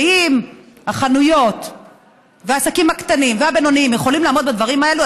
ואם החנויות והעסקים הקטנים והבינוניים יכולים לעמוד בדברים האלה,